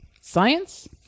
Science